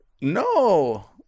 no